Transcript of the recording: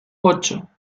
ocho